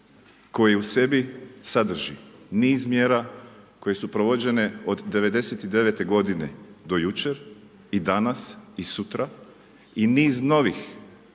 koji u sebi sadrži niz mjera koje su provođene od '99. do jučer i danas i sutra i niz novih